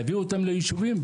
להביא אותם ליישובים.